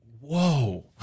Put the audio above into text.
whoa